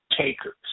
takers